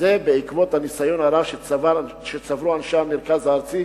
וזה בעקבות הניסיון הרב שצברו אנשי המרכז הארצי,